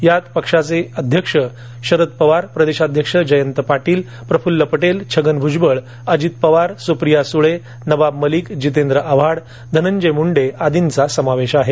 यात पक्षाचे अध्यक्ष शरद पवार प्रदेशाध्यक्ष जयंत पाटील प्रफुल्ल पटेल छगन भुजबळ अजित पवार सुप्रिया सुळे नवाब मलिक जितेंद्र आव्हाड धनंजय मुंडे आदींचा समावेश आहे